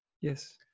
Yes